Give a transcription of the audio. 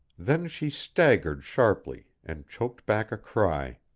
then she staggered sharply, and choked back a cry.